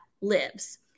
lives